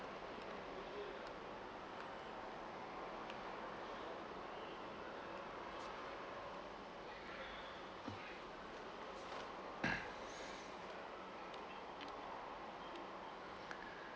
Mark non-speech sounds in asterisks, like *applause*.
*noise*